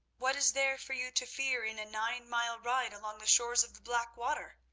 what is there for you to fear in a nine-mile ride along the shores of the blackwater?